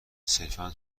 صرفا